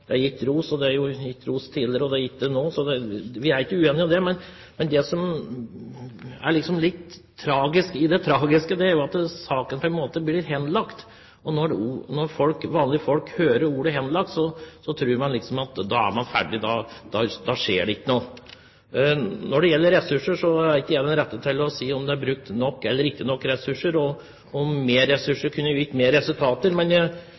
det blir gitt ros nå. Vi er ikke uenige om det. Men det som er litt tragisk i det tragiske, er at saken på en måte blir henlagt, og når vanlige folk hører ordet «henlagt», tror de at da er man ferdig, da skjer det ikke noe. Når det gjelder ressurser, er ikke jeg den rette til å si om det er brukt nok eller ikke nok ressurser, og om mer ressurser